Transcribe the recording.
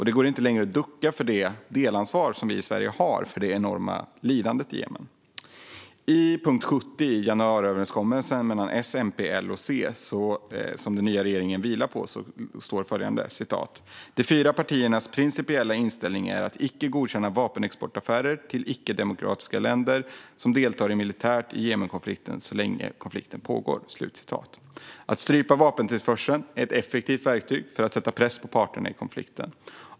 Det går inte längre att ducka för det delansvar som vi i Sverige har för det enorma lidandet i Jemen. I punkt 70 i januariöverenskommelsen mellan S, MP, L och C som den nya regeringen vilar på står följande: "De fyra partiernas principiella inställning är att inte godkänna vapenexportaffärer till ickedemokratiska länder som deltar militärt i Jemenkonflikten så länge konflikten pågår." Att strypa vapentillförseln är ett effektivt verktyg för att sätta press på parterna i konflikten.